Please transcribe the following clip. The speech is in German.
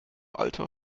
alter